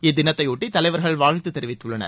இத்தினத்தையொட்டி தலைவர்கள் வாழ்த்து தெரிவித்துள்ளனர்